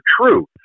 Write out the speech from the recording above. true